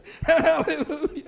Hallelujah